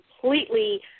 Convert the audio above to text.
completely